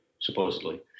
supposedly